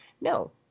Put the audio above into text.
no